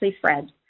Fred